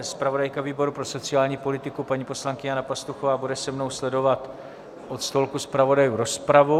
Zpravodajka výboru pro sociální politiku paní poslankyně Jana Pastuchová bude se mnou sledovat od stolku zpravodajů rozpravu.